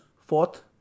fourth